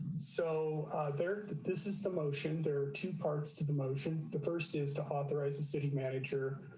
so there. this is the motion. there are two parts to the motion. the first is to authorize a city manager